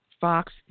Fox